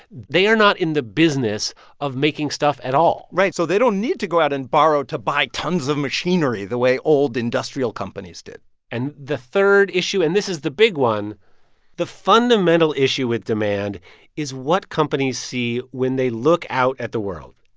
they are not in the business of making stuff at all right. so they don't need to go out and borrow to buy tons of machinery the way old industrial companies did and the third issue, and this is the big one the fundamental issue with demand is what companies see when they look out at the world.